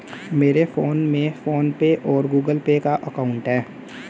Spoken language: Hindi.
मेरे फोन में फ़ोन पे और गूगल पे का अकाउंट है